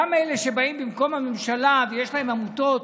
גם אלה שבאים במקום הממשלה ויש להם עמותות